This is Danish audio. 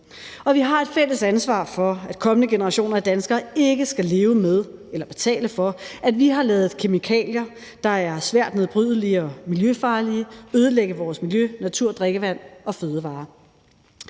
og vi har et fælles ansvar for, at kommende generationer af danskere ikke skal leve med eller betale for, at vi har ladet kemikalier, der er svært nedbrydelige og miljøfarlige, ødelægge vores miljø, natur, drikkevand og fødevarer.